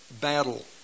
battle